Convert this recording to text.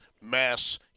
mass